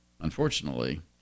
Unfortunately